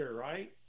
right